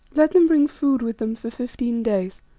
let them bring food with them for fifteen days.